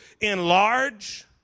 Enlarge